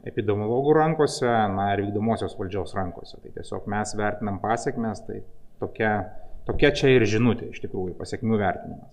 epidemiologų rankose na ir vykdomosios valdžios rankose tai tiesiog mes vertinam pasekmes tai tokia tokia čia ir žinutė iš tikrųjų pasekmių vertinimas